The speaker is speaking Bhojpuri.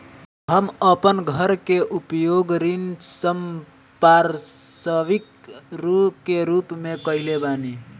हम अपन घर के उपयोग ऋण संपार्श्विक के रूप में कईले बानी